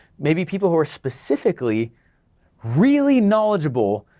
maybe people who are specifically really knowledgeable,